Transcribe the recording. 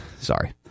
Sorry